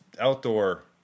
outdoor